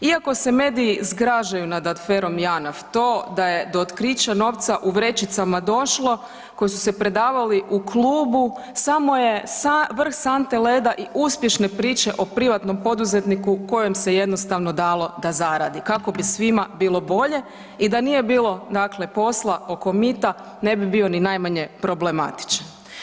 Iako se mediji zgražaju nad agerom Janaf to da je do otkrića novca u vrećicama došlo koji su se predavali u klubu samo je vrh sante leda i uspješne priče o privatno poduzetniku kojem se jednostavno dalo da zaradi kako bi svima bilo bolje i da nije bilo dakle posla oko mita ne bi bio ni najmanje problematičan.